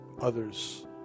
others